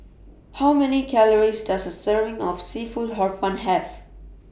How Many Calories Does A Serving of Seafood Hor Fun Have